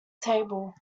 table